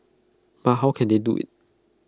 but how can they do IT